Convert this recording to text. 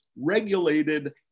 regulated